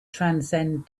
transcend